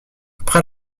après